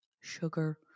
sugar